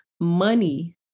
money